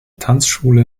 tanzschule